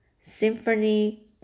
symphony